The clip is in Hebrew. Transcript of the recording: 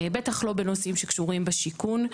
בטח לא בנושאים שקשורים בשיכון,